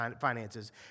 finances